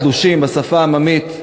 תלושים בשפה העממית,